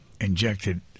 injected